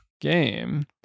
game